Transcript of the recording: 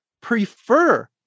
prefer